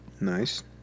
Nice